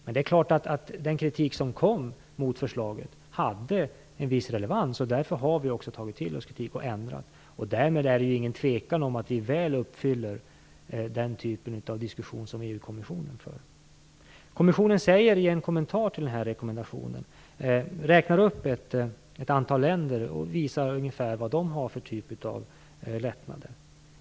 Men det är klart att den kritik som kom mot förslaget hade en viss relevans. Därför har vi också tagit till oss kritik och ändrat. Därmed är det inget tvivel om att vi väl uppfyller den typen av rekommendation som EU-kommissionen ger. I en kommentar till den här rekommendationen, räknar kommissionen upp ett antal länder och visar ungefär vad de har för lättnader.